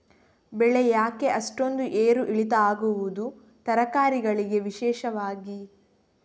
ಬೆಳೆ ಯಾಕೆ ಅಷ್ಟೊಂದು ಏರು ಇಳಿತ ಆಗುವುದು, ತರಕಾರಿ ಗಳಿಗೆ ವಿಶೇಷವಾಗಿ?